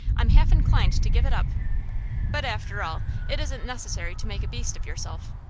i'm half inclined to give it up but, after all, it isn't necessary to make a beast of yourself.